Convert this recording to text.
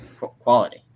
quality